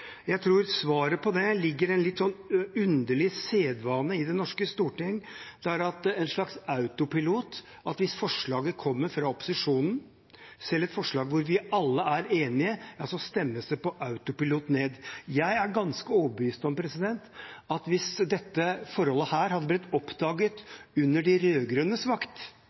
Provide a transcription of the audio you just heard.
Jeg tror svaret på det ligger i en litt sånn underlig sedvane i det norske storting. Det er en slags autopilot: Hvis forslaget kommer fra opposisjonen, selv et forslag hvor vi alle er enige, så stemmes det ned. Jeg er ganske overbevist om at hvis dette forholdet hadde blitt oppdaget under de rød-grønnes vakt,